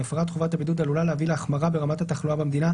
הפרת חובת הבידוד עלולה להביא להחמרה ברמת התחלואה במדינה,